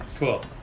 Cool